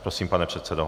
Prosím, pane předsedo.